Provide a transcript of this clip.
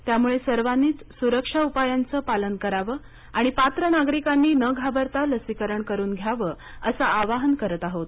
त्यामुळे सर्वांनीच सुरक्षा उपायांच पालन करावं आणि पात्र नागरिकांनी न घाबरता लसीकरण करून घ्यावं असं आवाहन करत आहोत